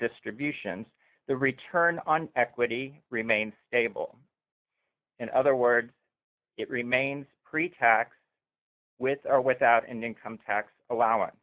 distributions the return on equity remains stable in other words it remains pretax with or without an income tax allowing